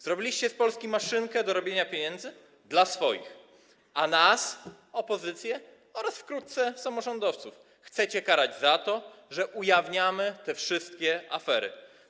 Zrobiliście z Polski maszynkę do robienia pieniędzy dla swoich, a nas, opozycję, a wkrótce też samorządowców, chcecie karać za to, że ujawniamy te wszystkie afery.